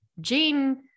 Jane